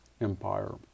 empire